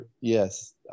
yes